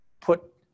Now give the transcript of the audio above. put